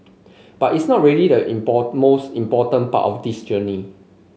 but it's not really the most important part of this journey